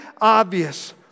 obvious